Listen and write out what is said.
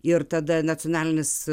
ir tada nacionalinis